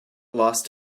lost